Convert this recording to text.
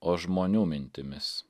o žmonių mintimis